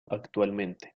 actualmente